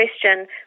question